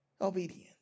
obedience